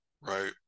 right